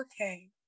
Okay